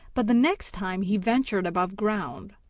but the next time he ventured above ground,